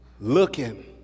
looking